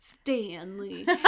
Stanley